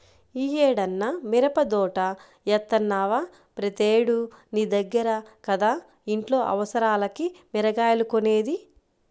యీ ఏడన్నా మిరపదోట యేత్తన్నవా, ప్రతేడూ నీ దగ్గర కదా ఇంట్లో అవసరాలకి మిరగాయలు కొనేది